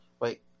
wait